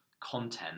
content